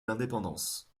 l’indépendance